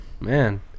Man